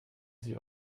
sie